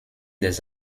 des